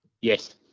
yes